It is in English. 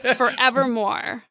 forevermore